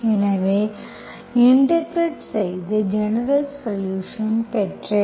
எனவே இன்டெகிரெட் செய்து ஜெனரல்சொலுஷன்ஸ் பெற்றேன்